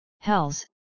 Hells